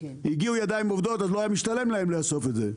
הגיעו ידיים עובדות וכבר לא השתלם להם לאסוף את זה.